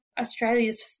Australia's